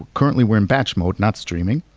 currently we're in batch mode, not streaming.